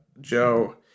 Joe